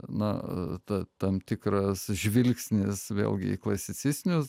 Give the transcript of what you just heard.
na tam tikras žvilgsnis vėlgi į klasicistinius